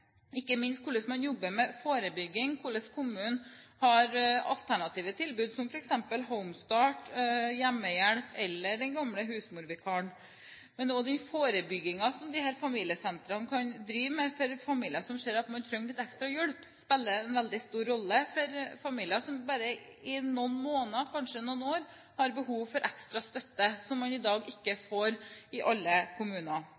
ikke minst hvordan man jobber med forebygging, at kommunen har alternative tilbud, som f.eks. Home-Start, hjemmehjelp eller den gamle husmorvikaren, spiller en rolle. Men også forebyggingen som disse familiesentrene kan tilby overfor familier som man ser trenger litt ekstra hjelp, spiller en veldig stor rolle for familier som bare i noen måneder, eller kanskje i noen år, har behov for ekstra støtte, noe man i dag ikke får i alle kommuner.